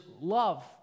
love